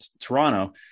Toronto